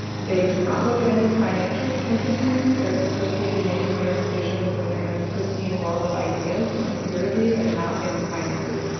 they do not look at any financials interesting, they're supposed to be making their decisions in the kind of pristine world of ideas and peer review, and not in the finances.